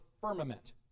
firmament